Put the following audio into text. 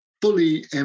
fully